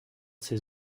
ces